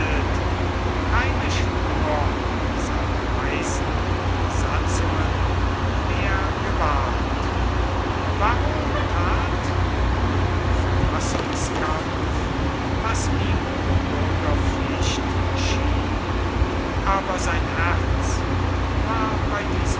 keine spur seiner weisen satzungen mehr gewahrt varro tat in dem verfassungskampf was ihm bürgerpflicht schien aber sein herz war bei diesem